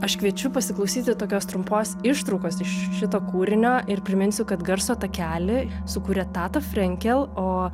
aš kviečiu pasiklausyti tokios trumpos ištraukos iš šito kūrinio ir priminsiu kad garso takelį sukūrė tata frenkel o